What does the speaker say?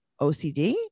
ocd